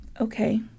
Okay